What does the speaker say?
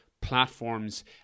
platforms